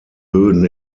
böden